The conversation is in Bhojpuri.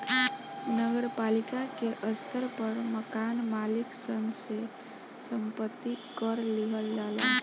नगर पालिका के स्तर पर मकान मालिक सन से संपत्ति कर लिहल जाला